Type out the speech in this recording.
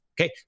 Okay